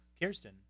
Kirsten